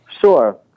Sure